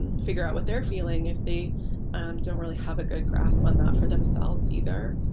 and figure out what they're feeling if they don't really have a good grasp on that for themselves either.